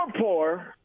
poor